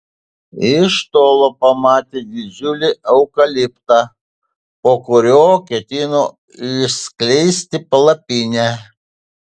iš tolo pamatė didžiulį eukaliptą po kuriuo ketino išskleisti palapinę